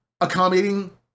accommodating